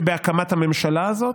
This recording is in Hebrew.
שבהקמת הממשלה הזאת.